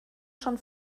schon